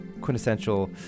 quintessential